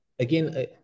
Again